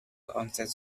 onset